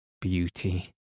beauty